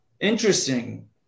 Interesting